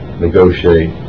negotiate